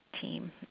team